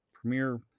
premiere